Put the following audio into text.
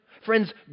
Friends